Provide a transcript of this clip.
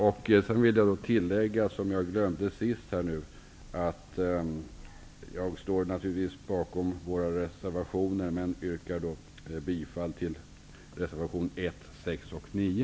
Jag vill tillägga att jag naturligvis stöder våra reservationer, och jag yrkar bifall till reservationerna 1, 6 och 9.